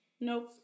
Nope